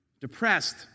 depressed